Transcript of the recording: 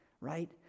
Right